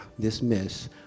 dismiss